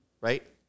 right